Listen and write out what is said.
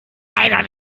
leider